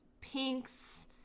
pinks